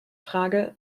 frage